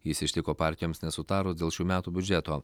jis ištiko partijoms nesutarus dėl šių metų biudžeto